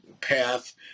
path